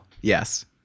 Yes